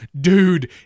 dude